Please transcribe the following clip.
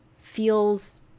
feels